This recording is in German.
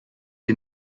die